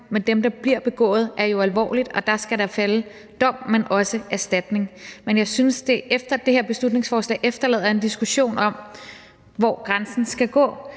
men dem, der bliver begået, er jo alvorlige, og der skal der falde en dom, men også en erstatning. Men jeg synes, at det her beslutningsforslag efterlader en diskussion om, hvor grænsen skal gå.